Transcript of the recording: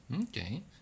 Okay